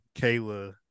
Kayla